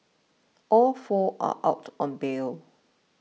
all four are out on bail